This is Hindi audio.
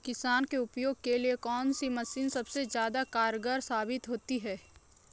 किसान के उपयोग के लिए कौन सी मशीन सबसे ज्यादा कारगर साबित होती है?